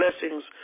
blessings